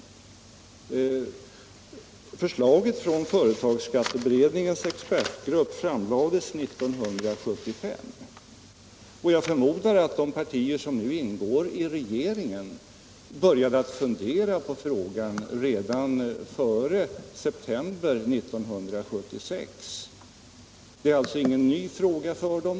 Förslaget från företagsskatteberedningens expertgrupp framlades 1975. Och jag förmodar att de partier som nu ingår i regeringen började fundera på frågan redan före september 1976. Det är alltså ingen ny fråga för dem.